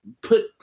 put